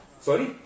Sorry